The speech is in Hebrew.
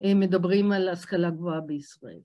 מדברים על השכלה גבוהה בישראל.